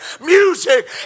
music